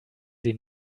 sie